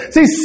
See